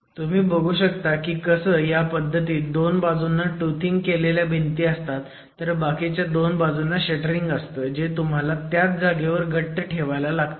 तर तुम्ही बघू शकता की कसं ह्या पद्धतीत 2 बाजूंना टूथिंग केल्या भिंती असतात तर बाकीच्या 2 बाजूंना शटरिंग असतं जे तुम्हाला त्याच जागेवर घट्ट ठेवायला लागतं